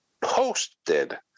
posted